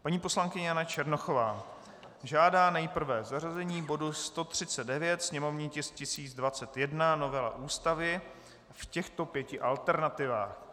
Paní poslankyně Jana Černochová žádá nejprve zařazení bodu 139, sněmovní tisk 1021, novela Ústavy, v těchto pěti alternativách: